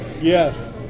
Yes